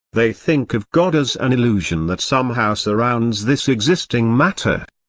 they think of god as an illusion that somehow surrounds this existing matter.